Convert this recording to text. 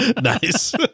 Nice